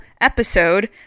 episode